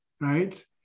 right